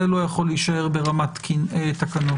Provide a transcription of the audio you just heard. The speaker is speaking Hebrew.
זה לא יכול להישאר ברמת תקנות.